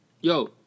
Yo